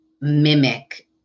mimic